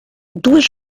duas